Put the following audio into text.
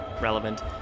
relevant